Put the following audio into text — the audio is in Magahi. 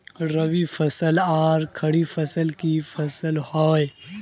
रवि फसल आर खरीफ फसल की फसल होय?